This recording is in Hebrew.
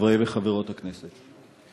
חברי וחברות הכנסת,